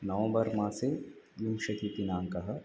नवम्बर् मासे विंशतिदिनाङ्कः